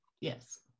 Yes